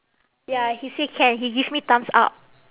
ya he say can he give me thumbs up